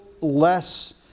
less